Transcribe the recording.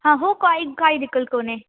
हा उहो काई काई दिक़त कोन्हे